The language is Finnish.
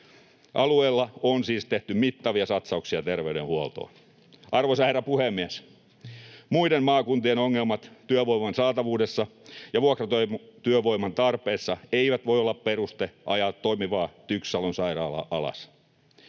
Alueella on siis tehty mittavia satsauksia terveydenhuoltoon. Arvoisa herra puhemies! Muiden maakuntien ongelmat työvoiman saatavuudessa ja vuokratyövoiman tarpeessa eivät voi olla peruste ajaa toimivaa TYKS Salon sairaalaa alas.